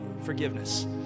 forgiveness